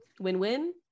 Win-win